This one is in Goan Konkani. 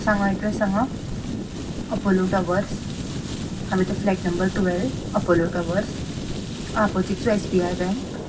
सांगू एड्रॅस सांगू अपोलो टवर्स हा मागी तो flat number twelve Apollo towers आं opposite to S B I bank